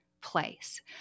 place